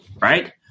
Right